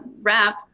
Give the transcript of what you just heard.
wrap